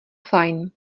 fajn